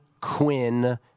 Quinn